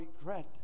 regret